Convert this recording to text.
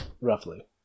Roughly